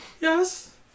Yes